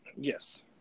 Yes